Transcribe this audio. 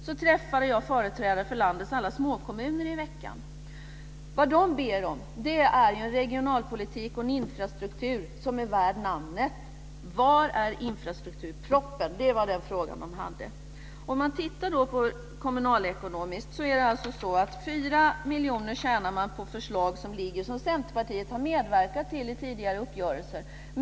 Jag träffade i veckan företrädare för landets alla småkommuner. Vad de ber om är en regionalpolitik och en infrastruktur som är värd namnet. Den fråga som de hade var: Var är infrastrukturpropositionen? Jag vill ta Valdemarsviks kommun som exempel. Man tjänar där kommunalekonomiskt 4 miljoner på förslag som Centerpartiet har medverkat till i tidigare uppgörelser.